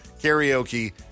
karaoke